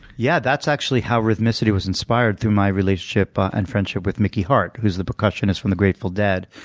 yeah. that's actually how rhythmicity was inspired through my relationship and friendship with mickey hart, who's the percussionist from the grateful dead.